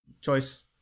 choice